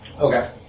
Okay